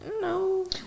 No